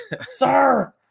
sir